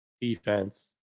defense